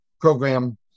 program